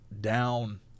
down